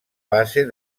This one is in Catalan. base